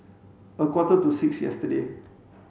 a quarter to six yesterday